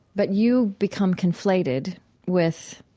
but you become conflated with,